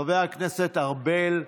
חבר הכנסת ארבל.